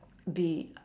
be